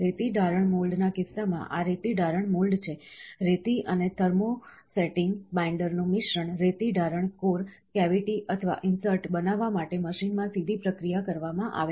રેતી ઢારણ મોલ્ડના કિસ્સામાં આ રેતી ઢારણ મોલ્ડ છે રેતી અને થર્મોસેટિંગ બાઈન્ડરનું મિશ્રણ રેતી ઢારણ કોર કેવિટી અથવા ઇન્સર્ટ બનાવવા માટે મશીનમાં સીધી પ્રક્રિયા કરવામાં આવે છે